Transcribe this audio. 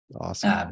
Awesome